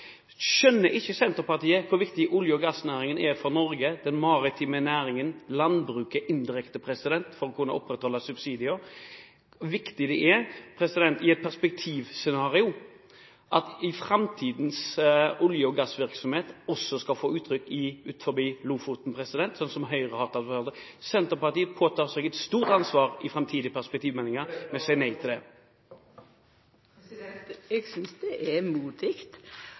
Skjønner ikke Senterpartiet hvor viktig olje- og gassnæringen, den maritime næringen, og landbruket, indirekte, for å kunne opprettholde subsidier, er for Norge, og hvor viktig det er i et perspektivscenario at framtidens olje- og gassvirksomhet også skal få gi seg uttrykk utenfor Lofoten, slik som Høyre har tatt til orde for? Senterpartiet påtar seg et stort ansvar i framtidige perspektivmeldinger – jeg skal legge til det. Eg synest det er